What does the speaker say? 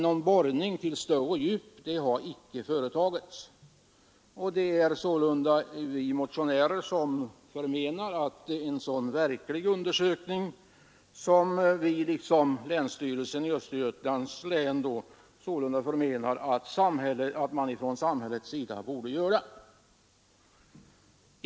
Någon borrning till större djup har dock inte företagits. Liksom länsstyrelsen i Östergötlands län anser vi motionärer att samhället borde göra en verklig undersökning av gasförekomsten.